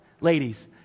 ladies